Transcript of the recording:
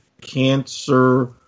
cancer